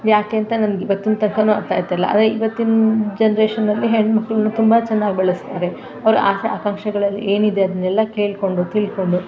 ಯಾಕೆ ಅಂತ ನನಗ್ ಇವತ್ತಿನ ತನ್ಕ ಅರ್ಥ ಆಗ್ತಿಲ್ಲ ಆದರೆ ಇವತ್ತಿನ ಜನ್ರೇಶನ್ನಲ್ಲಿ ಹೆಣ್ಮಕ್ಕಳನ್ನ ತುಂಬ ಚೆನ್ನಾಗ್ ಬೆಳೆಸ್ತಾರೆ ಅವ್ರ ಆಸೆ ಆಕಾಂಕ್ಷೆಗಳೆಲ್ಲ ಏನಿದೆ ಅದನ್ನೆಲ್ಲ ಕೇಳಿಕೊಂಡು ತಿಳ್ಕೊಂಡು